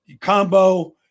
combo